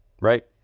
right